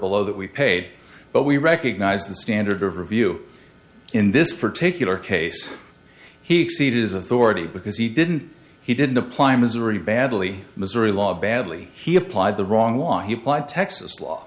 below that we paid but we recognize the standard of review in this particular case he exceeded his authority because he didn't he didn't apply missouri badly missouri law badly he applied the wrong one he applied texas